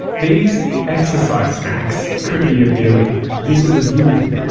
these exercise snacks could be appealing. this is the beauty of it,